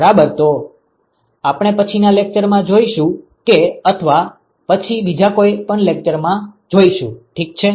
બરાબર તો આપણે પછીનાં લેક્ચરમાં તે જોઈશુ કે અથવા પછી બીજા કોઈ લેક્ચરમાં પણ તે જોઈશું ઠીક છે